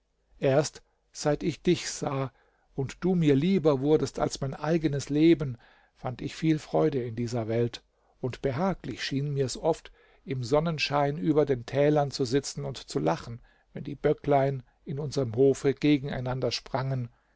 erst seit ich dich sah und du mir lieber wurdest als mein eigenes leben fand ich viel freude in dieser welt und behaglich schien mir's oft im sonnenschein über den tälern zu sitzen und zu lachen wenn die böcklein in unserem hofe gegeneinander sprangen